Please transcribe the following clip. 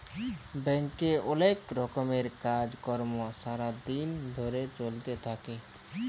ব্যাংকে অলেক রকমের কাজ কর্ম সারা দিন ধরে চ্যলতে থাক্যে